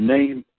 Name